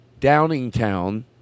Downingtown